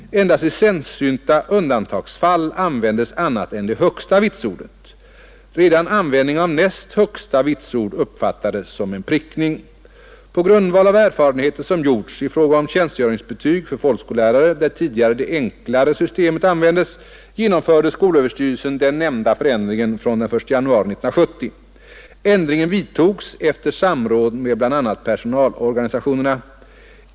Endast i sällsynta undantagsfall användes annat än det högsta vitsordet. Redan användning av näst högsta vitsord uppfattades som en prickning. På grundval av erfarenheter som gjorts i fråga om tjänstgöringsbetyg för folkskollärare, där tidigare det enklare systemet användes, genomförde skolöverstyrelsen den nämnda förändringen från den 1 januari 1970. Ändringen vidtogs efter samråd med bl.a. personalorganisationerna.